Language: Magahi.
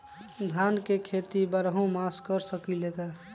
धान के खेती बारहों मास कर सकीले का?